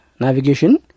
Navigation